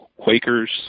Quakers